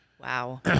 wow